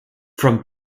from